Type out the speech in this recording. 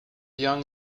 young